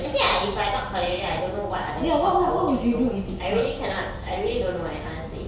actually ah if I'm not culinary I don't know what other course I would choose though I really cannot I really don't know eh honestly